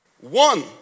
One